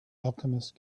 alchemist